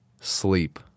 sleep